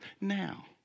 Now